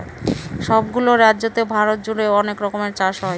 সব গুলো রাজ্যতে ভারত জুড়ে অনেক রকমের চাষ হয়